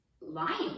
lying